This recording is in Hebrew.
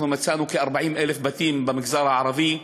אנחנו מצאנו כ-40,000 בתים במגזר הערבי,